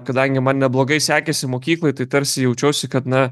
kadangi man neblogai sekėsi mokykloj tai tarsi jaučiausi kad na